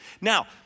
Now